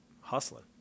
hustling